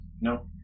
No